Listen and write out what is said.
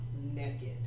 naked